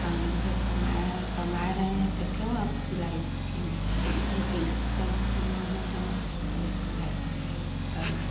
हम लोग जब कमा रहे कमा रहे हैं तब क्यों आप सिलाई सीखेंगी लेकिन तब उसकी माँ ने बन्द कर दी है सिलाई करना